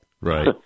right